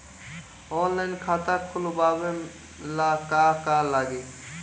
Online खाता खोलबाबे ला का का लागि?